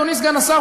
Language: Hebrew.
אדוני סגן השר,